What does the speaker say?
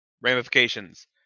Ramifications